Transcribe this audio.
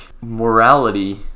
morality